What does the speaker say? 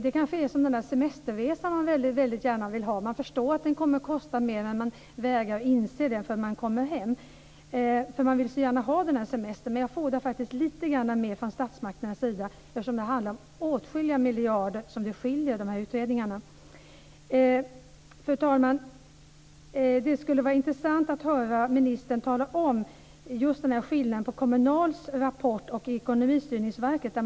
Det kanske är som den där semesterresan man väldigt gärna vill ha. Man förstår att den kommer att kosta mer, men man vägrar att inse det tills man kommer hem eftersom man så gärna vill ha semestern. Men jag fordrar faktiskt lite mer från statsmakternas sida, eftersom det handlar om åtskilliga miljarders skillnad i de här utredningarna. Fru talman! Det skulle vara intressant att höra ministern säga något om skillnaden mellan Kommunförbundets rapport och Ekonomistyrningsverkets.